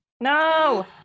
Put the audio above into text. no